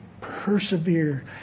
persevere